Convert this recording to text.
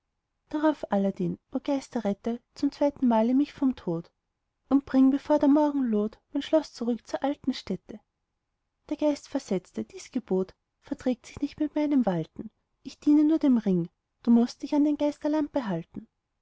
drauf aladdin o geist errette zum zweiten male mich vom tod und bring bevor der morgen loht mein schloß zurück zur alten stätte der geist versetzte dies gebot verträgt sich nicht mit meinem walten ich diene nur dem ring du mußt dich an den geist der lampe halten